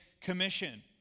Commission